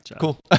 cool